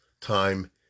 time